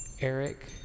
Eric